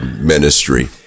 ministry